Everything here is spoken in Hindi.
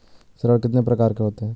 ऋण कितने प्रकार के होते हैं?